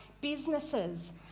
businesses